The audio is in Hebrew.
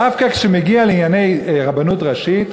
דווקא כשזה מגיע לענייני הרבנות הראשית,